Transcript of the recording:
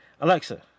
Alexa